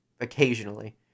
occasionally